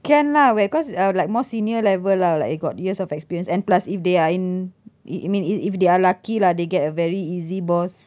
can lah wei cause uh like more senior level lah like you got years of experience and plus if they are in it it mean if they are lucky lah they get a very easy boss